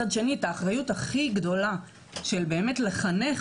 מצד שני את האחריות הכי גדולה של באמת לחנך